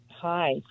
hi